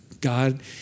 God